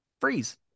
freeze